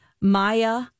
Maya